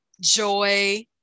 joy